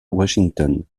washington